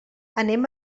anem